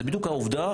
זה בדיוק העובדה